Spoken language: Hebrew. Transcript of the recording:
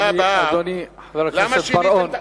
אדוני חבר הכנסת בר-און,